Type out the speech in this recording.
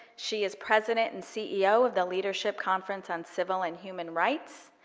she is president and ceo of the leadership conference on civil and human rights,